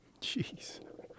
Jeez